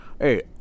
hey